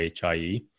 HIE